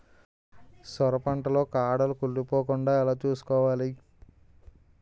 సొర పంట లో కాడలు కుళ్ళి పోకుండా ఎలా చూసుకోవాలి?